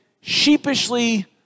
sheepishly